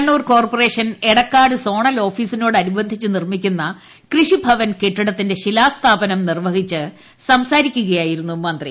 Kannur corporation Edakkad zonal അനുബന്ധിച്ച് നിർമ്മിക്കുന്ന ഓഫീസിനോട് കൃഷിഭവൻ കെട്ടിടത്തിന്റെ ശിലാസ്ഥാപനം നിർവ്വഹിച്ചു സംസാരിക്കുകയായിരുന്നു മന്ത്രി